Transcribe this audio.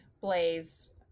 Blaze